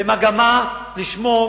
במגמה לשמור